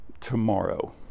tomorrow